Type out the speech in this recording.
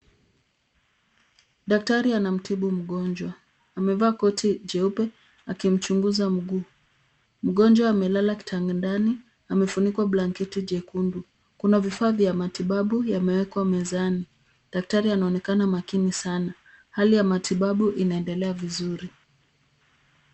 Daktari anamtibu mgonjwa, amevaa koti jeupe akimchunguza mguu. Mgonjwa amelala kitandani, amefunikwa blanketi jekundu. Kuna vifaa vya matibabu yamewekwa mezani. Daktari anaonekana makini sana. hali ya matibabu inaendelea vizuri.